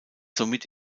somit